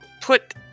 put